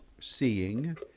seeing